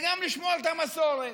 וגם לשמור את המסורת.